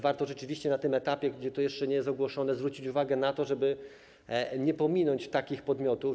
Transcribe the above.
Warto rzeczywiście na tym etapie, gdy to jeszcze nie jest ogłoszone, zwrócić uwagę na to, żeby nie pominąć takich podmiotów.